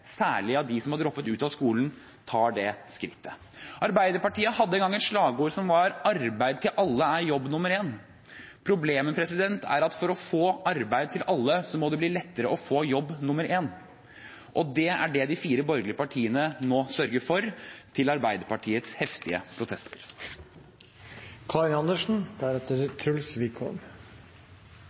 særlig av dem som har droppet ut av skolen, tar det skrittet. Arbeiderpartiet hadde en gang et slagord som lød: Arbeid til alle er jobb nr. én. Problemet er at for å få arbeid til alle må det bli lettere å få jobb nr. én. Det er det de fire borgerlige partiene nå sørger for, til Arbeiderpartiets heftige